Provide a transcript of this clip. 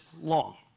long